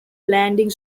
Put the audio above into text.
landing